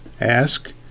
Ask